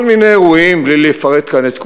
כל מיני אירועים, בלי לפרט כאן את כולם,